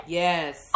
yes